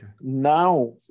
Now